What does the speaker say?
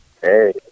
Hey